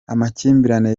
amakimbirane